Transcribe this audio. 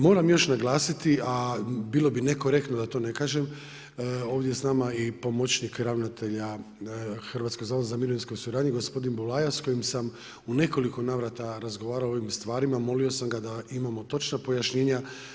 Moram još naglasiti, a bilo bi nekorektno da to ne kažem, ovdje s nama je i pomoćnik ravnatelja Hrvatskog zavoda za mirovinsko osiguranje, gospodin Bulaja, s kojim sam u nekoliko navrata razgovarao o ovim stvarima, molio sam ga da imamo točna pojašnjenja.